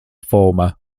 former